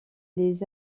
les